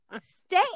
stay